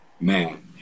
Man